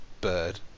bird